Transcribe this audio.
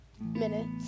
minutes